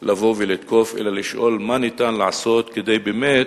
לבוא ולתקוף, אלא לשאול מה ניתן לעשות כדי שבאמת